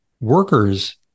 worker's